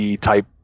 type